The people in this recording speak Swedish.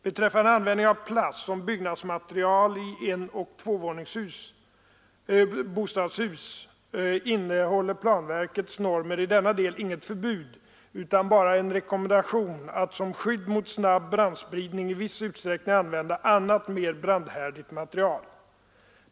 Beträffande användningen av plast som byggnadsmaterial i enoch tvåvånings bostadshus innehåller planverkets normer i denna del inget förbud utan bara en rekommendation att, som skydd mot snabb brandspridning, i viss utsträckning använda annat, mer brandhärdigt material.